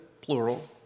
plural